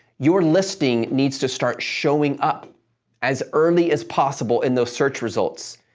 your listing needs to start showing up as early as possible in those search results.